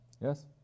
Yes